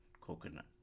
coconut